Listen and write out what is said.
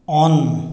on